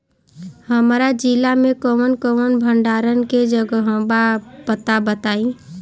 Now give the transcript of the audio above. हमरा जिला मे कवन कवन भंडारन के जगहबा पता बताईं?